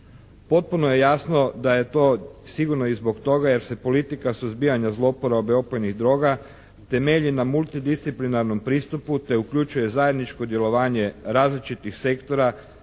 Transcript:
Potpuno je jasno da je to sigurno i zbog toga jer se politika suzbijanja zloporabe opojnih droga temelji na multidisciplinarnom pristupu te uključuje zajedničko djelovanje različitih sektora sa